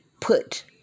put